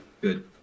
Good